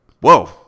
Whoa